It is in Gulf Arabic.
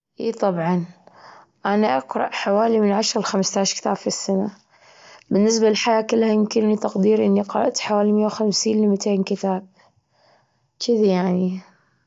إي طبعًا، أنا أقرأ حوالي من عشرة لخمستاش كتاب في السنة. بالنسبة للحياة كلها، يمكن لتقديري إني قرأت حوالي مية وخمسين لميتين كتاب، كتشده يعني؟